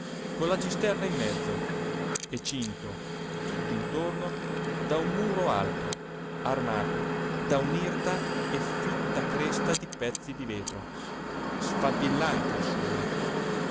con la cisterna in mezzo e cinto tutt'intorno da un muro alto armato da un'irta e fitta cresta di pezzi di vetro sfavillanti al sole